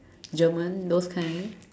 German those kind